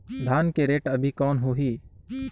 धान के रेट अभी कौन होही?